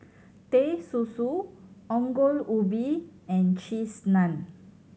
Teh Susu Ongol Ubi and Cheese Naan